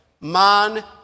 Man